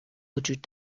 وجود